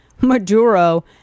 Maduro